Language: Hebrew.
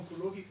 אונקולוגי,